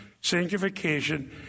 sanctification